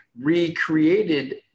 recreated